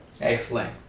Excellent